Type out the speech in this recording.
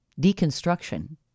deconstruction